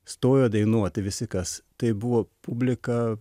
stojo dainuoti visi kas tai buvo publika